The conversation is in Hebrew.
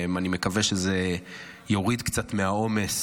אני מקווה שזה יוריד קצת מהעומס